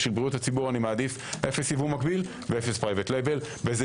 בשביל בריאות הציבור אני מעדיף אפס ייבוא מגביל ואפס פרייבד לייבל באיזה